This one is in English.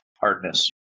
Hardness